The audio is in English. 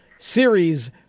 series